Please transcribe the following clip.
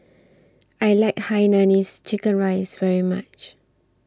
I like Hainanese Chicken Rice very much